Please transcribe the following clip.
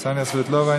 קסניה סבטלובה,